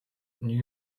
ნიუ